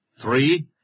Three